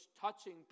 touching